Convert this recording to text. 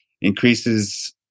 increases